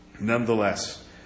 Nonetheless